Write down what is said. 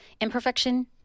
imperfection